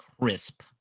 crisp